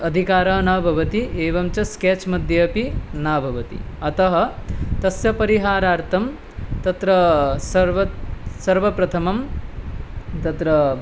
अधिकारः न भवति एवं च स्केच्मध्ये अपि न भवति अतः तस्य परिहारार्थं तत्र सर्व सर्वप्रथमं तत्र